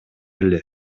эле